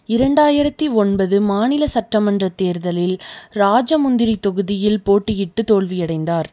இரண்டாயிரத்தி ஒன்பது மாநில சட்டமன்றத் தேர்தலில் ராஜமுந்திரி தொகுதியில் போட்டியிட்டு தோல்வியடைந்தார்